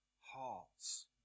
hearts